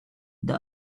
the